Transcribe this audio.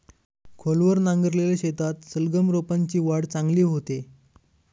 खोलवर नांगरलेल्या शेतात सलगम रोपांची वाढ चांगली होते